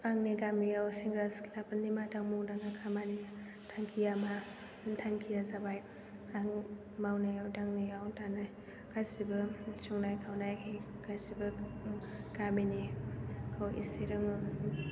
आंनि गामियाव सेंग्रा सिख्लाफोरनि मादाव बुहुतानो खामानि थांखिया मा थांखिया जाबाय आं मावनायाव दांनायाव दानो गासैबो संनाय खावनाय गासैबो गामिनिखौ एसे रोङो